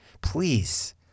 please